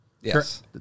Yes